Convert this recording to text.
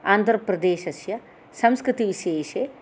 आन्ध्रप्रदेशस्य संस्कृतिविशेषे